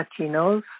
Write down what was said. Latinos